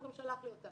והוא גם שלח לי אותה,